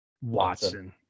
Watson